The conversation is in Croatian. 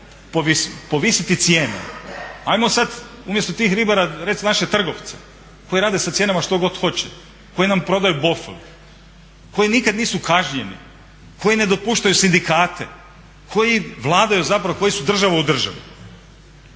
povisiti cijenu. Hajmo sad umjesto tih ribara recimo našeg trgovca koji rade sa cijenama što god hoće, koji nam prodaju …/Govornik se ne razumije./… koji nikad nisu kažnjeni, koji ne dopuštaju sindikate, koji vladaju zapravo koji su država u državi.